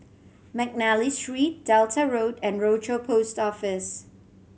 McNally Street Delta Road and Rochor Post Office